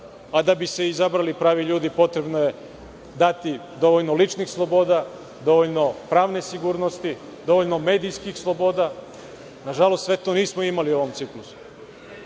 a da bi se izabrali pravi ljudi, potrebno je dati dovoljno ličnih sloboda, dovoljno pravne sigurnosti, dovoljno medijskih sloboda. Nažalost, sve to nismo imali u ovom ciklusu. Ono